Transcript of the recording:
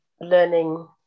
learning